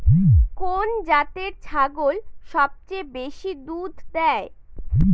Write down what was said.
কোন জাতের ছাগল সবচেয়ে বেশি দুধ দেয়?